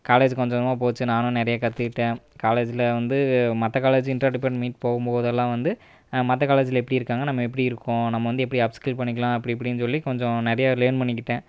college கொஞ்சம் கொஞ்சமாக போச்சு நானும் நிறைய கற்றுக்கிட்டேன் காலேஜில் வந்து மற்ற காலேஜி இன்டர்டிப்பார்ட் மீட் போகும் போதெல்லாம் வந்து மற்ற காலேஜில் எப்படி இருக்காங்க நம்ம எப்படி இருக்கோம் நம்ம வந்து எப்படி அப்ஸ்கில் பண்ணிக்கலாம் அப்படி இப்படின் சொல்லி கொஞ்சம் நிறையா லேர்ன் பண்ணிக்கிட்டேன்